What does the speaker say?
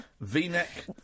V-neck